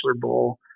Bowl